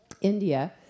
India